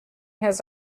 his